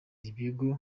ibigo